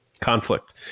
conflict